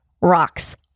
rocks